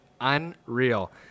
unreal